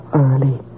early